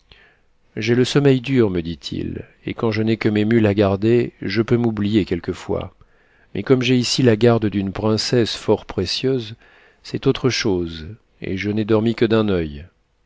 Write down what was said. j'ai le sommeil dur me dit-il et quand je n'ai que mes mules à garder je peux m'oublier quelquefois mais comme j'ai ici la garde d'une princesse fort précieuse c'est autre chose et je n'ai dormi que d'un oeil